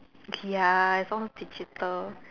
okay ya I saw digital